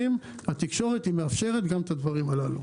התקשורת מאפשרת גם את הדברים הללו.